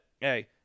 hey